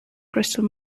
crystal